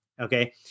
Okay